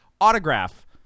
autograph